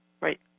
Right